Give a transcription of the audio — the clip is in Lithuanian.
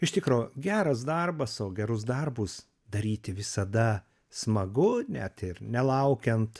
iš tikro geras darbas o gerus darbus daryti visada smagu net ir nelaukiant